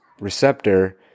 receptor